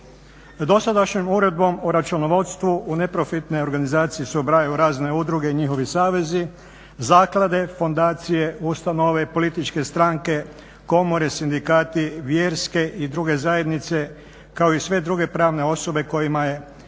Dosadašnjom Uredbom o računovodstvu u neprofitne organizacije se ubrajaju razne udruge i njihovi savezi, zaklade, fondacije, ustanove, političke stranke, komore, sindikati, vjerske i druge zajednice, kao i sve druge pravne osobe kojima temeljni